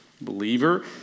believer